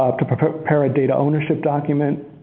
um to prepare prepare a data ownership document,